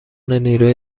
نیروی